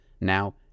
Now